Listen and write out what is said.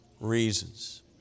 reasons